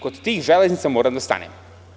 Kod tih Železnica moram da stanem.